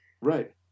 Right